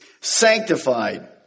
sanctified